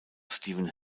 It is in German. stephen